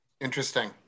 Interesting